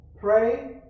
pray